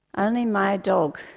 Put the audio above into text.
only my dog,